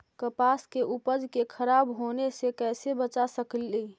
कपास के उपज के खराब होने से कैसे बचा सकेली?